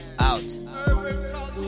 Out